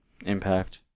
Impact